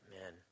Amen